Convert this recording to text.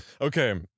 okay